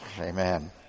Amen